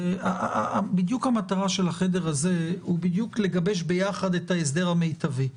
בדיוק המטרה של החדר הזה היא לגבש ביחד את ההסדר המיטבי.